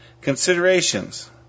considerations